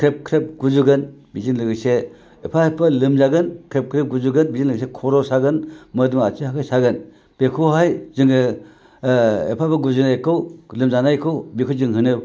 ख्रेब ख्रेब गुजुगोन बिदि एसे एफा एफा लोमजागोन ख्रेब ख्रेब गुजुगोन बिदिनो एसे खर' सागोन मोदोम आथिं आखाइ सागोन बेखौहाय जोङो एफा एफा गुजुनायखौ लोमजानायखौ बेखौ जों होनो